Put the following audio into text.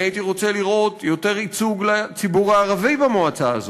אני הייתי רוצה לראות יותר ייצוג לציבור הערבי במועצה הזאת,